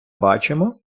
бачимо